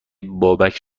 بابک